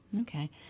Okay